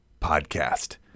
podcast